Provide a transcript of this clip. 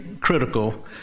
critical